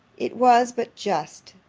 it was but just,